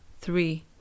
three